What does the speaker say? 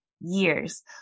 years